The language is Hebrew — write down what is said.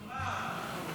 עם רע"מ.